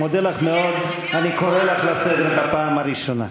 אני מודה לך מאוד, וקורא אותך לסדר פעם ראשונה.